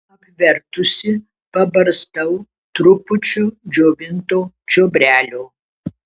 apvertusi pabarstau trupučiu džiovinto čiobrelio